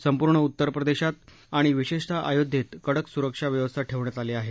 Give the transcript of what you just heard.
संपुर्ण उत्तर प्रदेशात आणि विषेशतः अयोध्येत कडक सुरक्षा व्यवस्था ठेवण्यात आली आहे